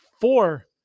four